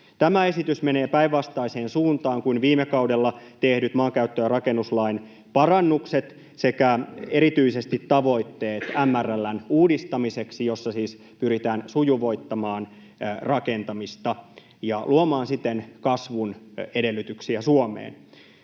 Tämä esitys menee päinvastaiseen suuntaan kuin viime kaudella tehdyt maankäyttö- ja rakennuslain parannukset sekä erityisesti tavoitteet MRL:n uudistamiseksi, missä siis pyritään sujuvoittamaan rakentamista ja luomaan siten kasvun edellytyksiä Suomeen.